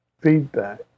feedback